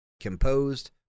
composed